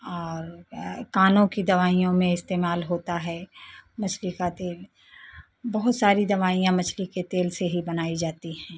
और कानों की दवाइयों में इस्तेमाल होता है मछली का तेल बहुत सारी दवाइयाँ मछली के तेल से ही बनाई जाती हैं